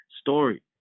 story